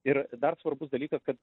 ir dar svarbus dalykas kad